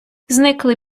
зникли